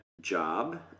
job